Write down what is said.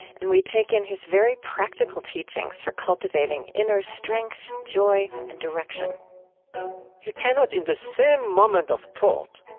and we take in his very practical teachings for cultivating inner strength, joy, and direction you cannot, in the same moment of thought,